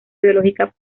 biológica